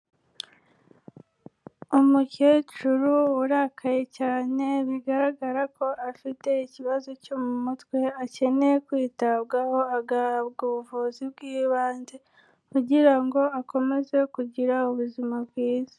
Umukecuru urakaye cyane, bigaragara ko afite ikibazo cyo mu mutwe, akeneye kwitabwaho, agahabwa buvuzi bw'ibanze kugira ngo akomeze kugira ubuzima bwiza.